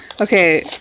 okay